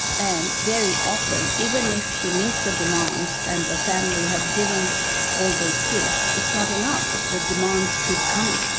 and very often even if she meets the demands and the family have given all those gifts it's not enough. the demands keep coming.